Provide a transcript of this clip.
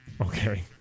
Okay